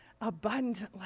abundantly